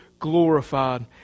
glorified